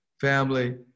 family